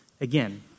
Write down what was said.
again